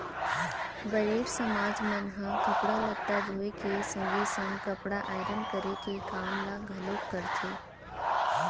बरेठ समाज मन ह कपड़ा लत्ता धोए के संगे संग कपड़ा आयरन करे के काम ल घलोक करथे